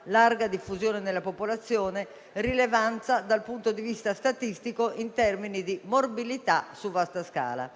alta incidenza, larga diffusione nella popolazione e rilevanza dal punto di vista statistico in termini di morbilità su vasta scala